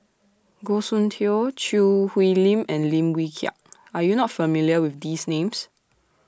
Goh Soon Tioe Choo Hwee Lim and Lim Wee Kiak Are YOU not familiar with These Names